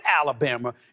Alabama